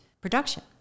production